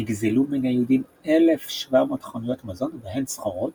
נגזלו מן היהודים 1,700 חנויות מזון ובהן סחורות,